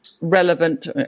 relevant